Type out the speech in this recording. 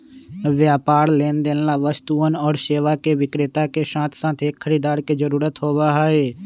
व्यापार लेनदेन ला वस्तुअन और सेवा के विक्रेता के साथसाथ एक खरीदार के जरूरत होबा हई